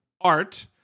art